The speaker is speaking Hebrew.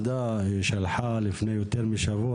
לפני יותר משבוע